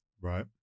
Right